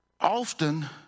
Often